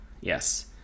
yes